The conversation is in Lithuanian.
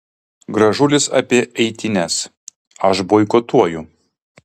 gražulis apie eitynes aš boikotuoju